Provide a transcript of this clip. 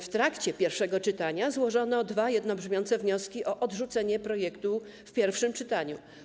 W trakcie pierwszego czytania złożono dwa jednobrzmiące wnioski o odrzucenie projektu w pierwszym czytaniu.